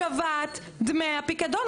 השבת דמי הפיקדון.